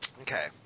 okay